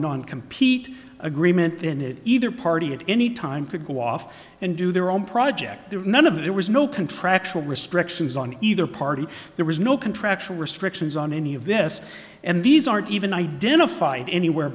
non compete agreement in either party at any time could go off and do their own project there were none of that there was no contractual restrictions on either party there was no contractual restrictions on any of this and these aren't even identified anywhere